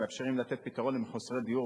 מאפשרים לתת פתרון במאהלים למחוסרי הדיור